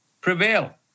prevail